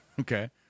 Okay